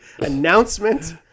announcement